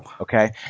Okay